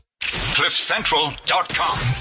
cliffcentral.com